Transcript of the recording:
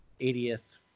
80th